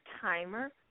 timer